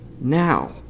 now